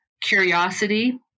Curiosity